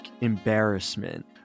embarrassment